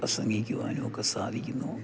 പ്രസംഗിക്കുവാനുമൊക്കെ സാധിക്കുന്നു